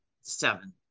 seven